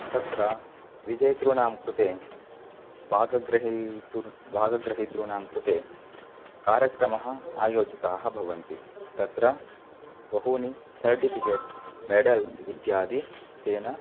तत्र विजेतॄणां कृते भागग्रहीतुः भागग्रहीतॄणां कृते कार्यक्रमाः आयोजिताः भवन्ति तत्र बहूनि सर्टिफ़िकेट् मेड्ल्स् इत्यादि तेन